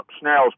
snail's